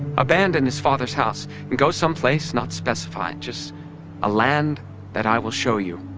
abandon his father's house and go someplace not specified, just a land that i will show you.